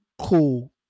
Cool